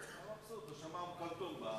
מבסוט, הוא שמע אום כולתום.